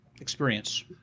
experience